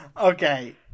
Okay